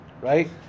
right